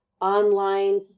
online